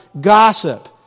gossip